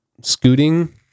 scooting